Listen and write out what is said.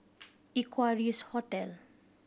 Equarius Hotel